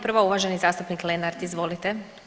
Prva uvaženi zastupnik Lenart, izvolite.